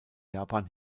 japan